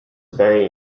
very